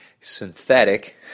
synthetic